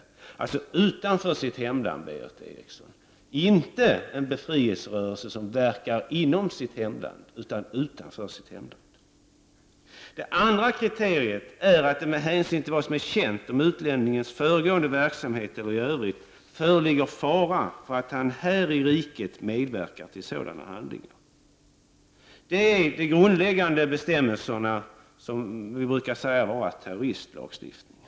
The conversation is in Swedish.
Det gäller alltså, Berith Eriksson, inte den befrielserörelse som verkar inom sitt hemland, utan den som verkar utanför sitt hemland. Det andra kriteriet är att det med hänsyn till vad som är känt om utlänningens föregående verksamhet eller i övrigt föreligger fara för att han här i landet medverkar till sådana handlingar. Detta är alltså de grundläggande bestämmelserna i vad vi brukar kalla terroristlagstiftningen.